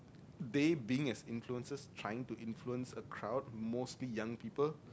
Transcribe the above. they being a influencers trying to influence a crowd mostly young people